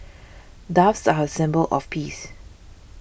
doves are a symbol of peace